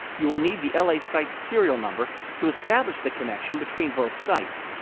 you will need the la site's serial number to establish the connection between both sites.